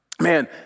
Man